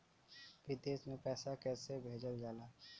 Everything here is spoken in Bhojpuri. विदेश में पैसा कैसे भेजल जाला?